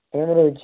ମୁଁ ରହୁଛି